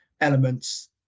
elements